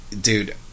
Dude